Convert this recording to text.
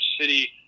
city